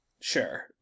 Sure